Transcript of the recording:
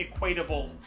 equatable